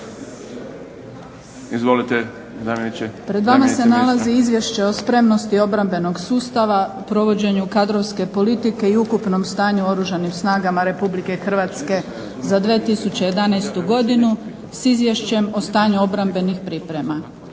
**Tafra, Višnja** Pred vama se nalazi Izvješće o spremnosti obrambenog sustava, provođenju kadrovske politike i ukupnom stanju u Oružanim snagama Republike Hrvatske za 2011. godinu, s Izvješćem o stanju obrambenih priprema.